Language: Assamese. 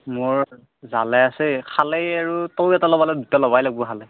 মোৰ জালে আছেই খালেই আৰু তয়ো এটা ল'ব লাগবু দুটা লবাই লাগবু খালে